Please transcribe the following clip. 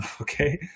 Okay